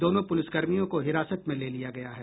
दोनों पुलिसकर्मियों को हिरासत में ले लिया गया है